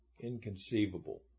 inconceivable